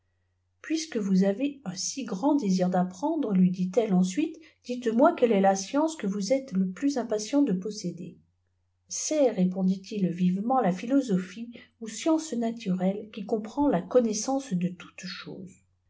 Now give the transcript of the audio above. puisque vous avez un si grand désir d'apprendre lui dit-elle ensuite dites-moi quelle est la science que vous êtes le plus impatiefnt de posséder c'est répondit-il vîtement la philosophie ou science naturelle qui comprend la connaissance de toutes ïoses